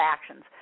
actions